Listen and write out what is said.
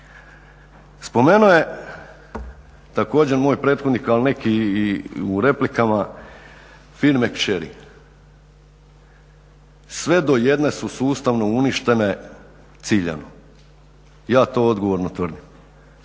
Spomenuo je također moj prethodnih ali neki i u replikama firme kćeri, sve do jedne su sustavno uništene ciljano, ja to odgovorno tvrdim.